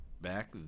back